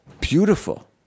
Beautiful